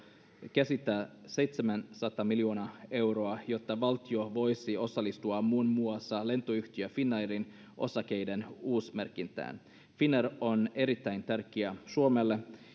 käsittää seitsemänsataa miljoonaa euroa jotta valtio voisi osallistua muun muassa lentoyhtiö finnairin osakkeiden uusmerkintään finnair on erittäin tärkeä suomelle